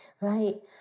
Right